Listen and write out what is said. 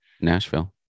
Nashville